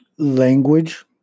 Language